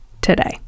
today